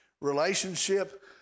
relationship